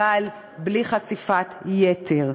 אבל בלי חשיפת יתר.